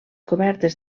cobertes